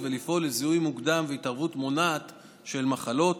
ולפעול לזיהוי מוקדם והתערבות מונעת של מחלות.